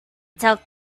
took